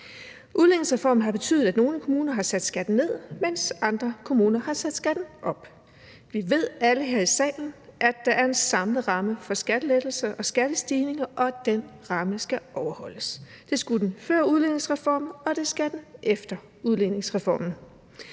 Udligningsreformen har betydet, at nogle kommuner har sat skatten ned, mens andre kommuner har sat skatten op. Vi ved alle her i salen, at der er en samlet ramme for skattelettelser og skattestigninger, og den ramme skal overholdes. Det skulle den før udligningsreformen, og det skal den efter udligningsreformen.